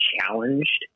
challenged